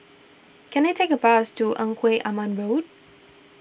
can I take a bus to Engku Aman Road